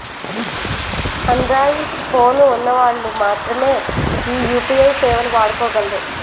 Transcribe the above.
Android phone ఉన్న వాళ్ళు మాత్రమె ఈ యూ.పీ.ఐ సేవలు వాడుకోగలరు